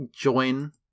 join